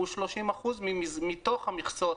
הוא 30% מתוך המכסות.